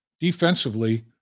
Defensively